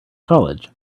college